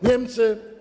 Niemcy?